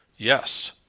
yes.